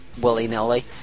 willy-nilly